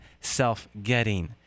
self-getting